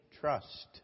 trust